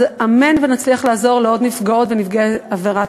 אז אמן שנצליח לעזור לעוד נפגעי ונפגעות